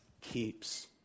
keeps